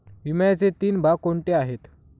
विम्याचे तीन भाग कोणते आहेत?